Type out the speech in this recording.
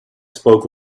spoke